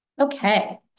Okay